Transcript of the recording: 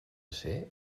ser